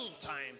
time